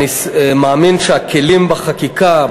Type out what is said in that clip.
אני מאמין שהכלים בחקיקה,